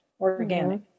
Organic